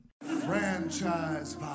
franchise